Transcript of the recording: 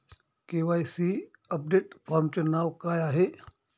KYC update फॉर्मचे नाव काय आहे?